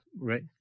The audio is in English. Right